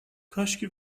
کاشکی